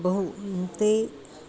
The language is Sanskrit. बहु ते